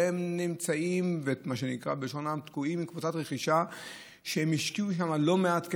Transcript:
הם נמצאים תקועים עם קבוצת רכישה שהם השקיעו שם לא מעט כסף,